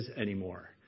anymore